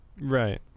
right